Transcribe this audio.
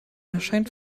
erscheint